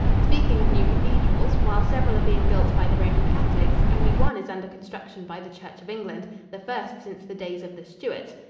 speaking of new cathedrals, while several are being built by the roman catholics, only one is under construction by the church of england the first since the days of the stuarts.